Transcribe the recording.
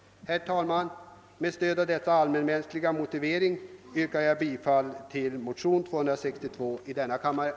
Herr talman! Med stöd av dessa allmänmänskliga motiveringar yrkar jag bifall till motionsparet I: 220 och II:262.